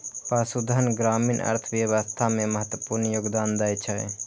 पशुधन ग्रामीण अर्थव्यवस्था मे महत्वपूर्ण योगदान दै छै